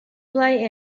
play